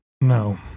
No